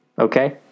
okay